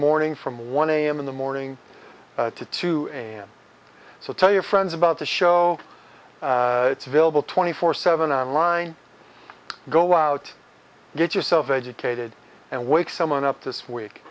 morning from one am in the morning to two am so tell your friends about the show it's available twenty four seven on line go out get yourself educated and wake someone up this week